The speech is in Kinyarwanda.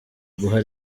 guha